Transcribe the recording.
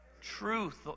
truth